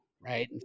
right